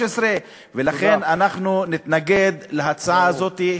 ולכן אנחנו נתנגד להצעה הזאת.